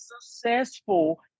successful